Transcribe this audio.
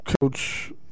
Coach